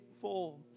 full